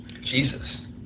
Jesus